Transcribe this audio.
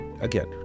again